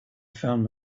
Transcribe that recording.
found